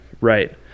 right